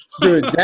Dude